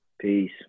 Peace